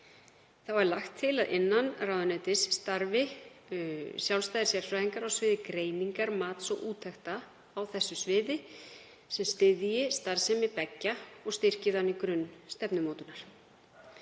Þá er lagt til að innan ráðuneytis starfi sjálfstæðir sérfræðingar á sviði greiningar, mats og úttekta á þessu sviði sem styðji starfsemi beggja og styrkir þann grunn stefnumótunar.